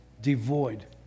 devoid